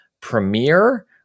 Premiere